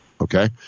Okay